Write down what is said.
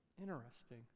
Interesting